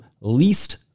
least